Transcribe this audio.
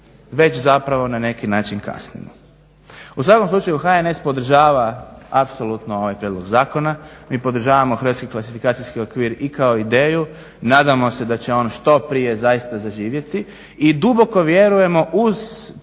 već zapravo na neki način kasnimo. U svakom slučaju HNS podržava apsolutno ovaj prijedlog zakona. Mi podržavamo hrvatski klasifikacijski okvir i kao ideju. Nadamo se da će on što prije zaista zaživjeti i duboko vjerujemo uz pažnju